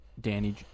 danny